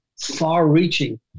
far-reaching